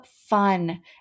fun